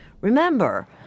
Remember